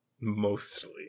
mostly